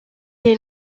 est